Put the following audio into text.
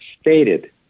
stated